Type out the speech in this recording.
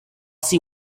see